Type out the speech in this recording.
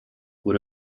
would